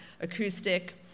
acoustic